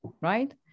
right